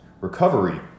recovery